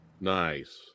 Nice